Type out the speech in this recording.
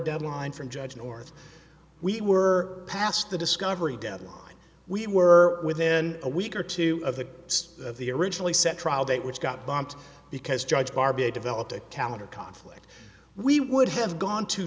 deadline from judge north we were past the discovery deadline we were within a week or two of the state of the originally set trial date which got bombed because judge barbie developed a calendar conflict we would have gone to